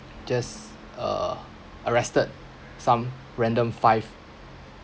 just uh arrested some random five